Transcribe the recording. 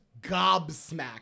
gobsmacked